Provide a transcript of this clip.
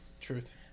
truth